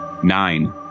Nine